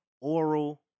Oral